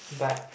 but